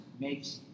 makes